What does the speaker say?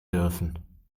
dürfen